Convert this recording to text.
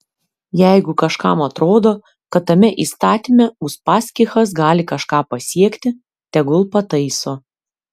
jeigu kažkam atrodo kad tame įstatyme uspaskichas gali kažką pasiekti tegul pataiso